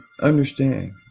understand